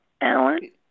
Alan